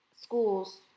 schools